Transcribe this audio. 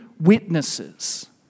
witnesses